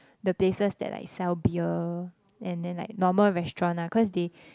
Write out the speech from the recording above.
the places that like sell beer and then like normal restaurant nah cause they